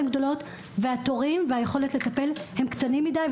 גדולות והתורים והיכולת לטפל הם קטנים מידי.